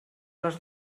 les